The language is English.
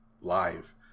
live